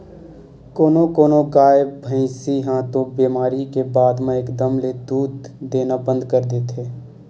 कोनो कोनो गाय, भइसी ह तो बेमारी के बाद म एकदम ले दूद देना बंद कर देथे